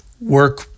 work